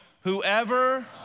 Whoever